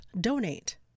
donate